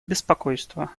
беспокойство